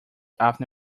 after